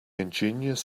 ingenious